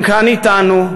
הם כאן אתנו,